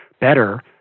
better